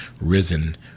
risen